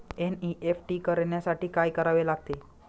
NEFT करण्यासाठी काय करावे लागते?